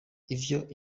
ivyo